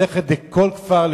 לנסוע לכל כפר,